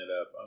up